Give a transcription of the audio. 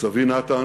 סבי נתן